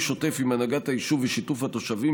שוטף עם הנהגת היישוב ובשיתוף התושבים,